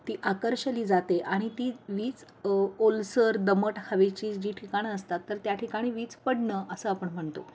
ती आकर्षिली जाते आणि ती वीज ओलसर दमट हवेची जी ठिकाणं असतात तर त्या ठिकाणी वीज पडणं असं आपण म्हणतो